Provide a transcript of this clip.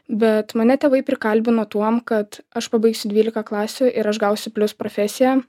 bet mane tėvai prikalbino tuom kad aš pabaigsiu dvylika klasių ir aš gausiu plius profesiją